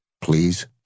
please